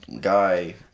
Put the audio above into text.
guy